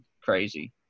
crazy